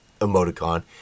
emoticon